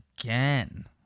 again